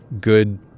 good